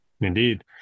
Indeed